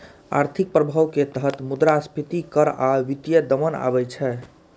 आर्थिक प्रभाव के तहत मुद्रास्फीति कर आ वित्तीय दमन आबै छै